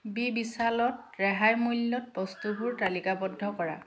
B বিশালত ৰেহাই মূল্যত বস্তুবোৰ তালিকাবদ্ধ কৰা